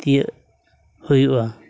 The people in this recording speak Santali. ᱛᱤᱭᱳᱜ ᱦᱩᱭᱩᱜᱼᱟ